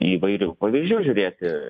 įvairių pavyzdžių žiūrėti